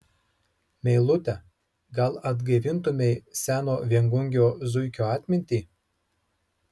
meilute gal atgaivintumei seno viengungio zuikio atmintį